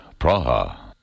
Praha